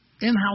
In-house